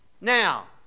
Now